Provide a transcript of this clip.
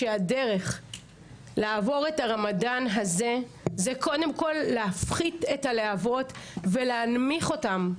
שהדרך לעבור את הרמדאן הזה זה קודם כל להפחית את הלהבות ולהנמיך אותן,